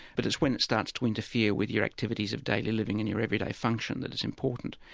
but it's when it starts to interfere with your activities of daily living and your every day function that it's important.